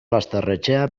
basterretxea